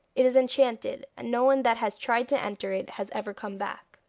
it is enchanted, and no one that has tried to enter it has ever come back